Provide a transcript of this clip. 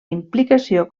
implicació